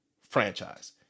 franchise